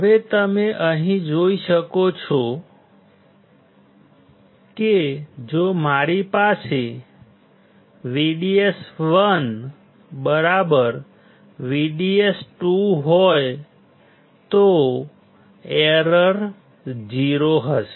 હવે તમે અહીં જોઈ શકો છો કે જો મારી પાસે VDS1 VDS2 હોય તો એરર 0 હશે